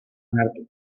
onartu